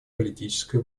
политической